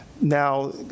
now